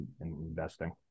investing